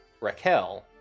Raquel